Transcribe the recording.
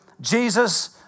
Jesus